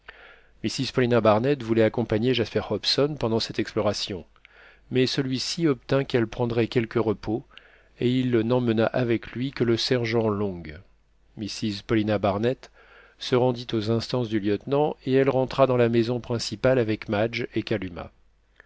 mrs paulina barnett voulait accompagner jasper hobson pendant cette exploration mais celui-ci obtint qu'elle prendrait quelque repos et il n'emmena avec lui que le sergent long mrs paulina barnett se rendit aux instances du lieutenant et elle rentra dans la maison principale avec madge et kalumah